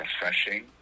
refreshing